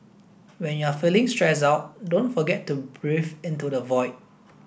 when you are feeling stressed out don't forget to breathe into the void